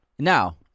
Now